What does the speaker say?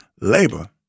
labor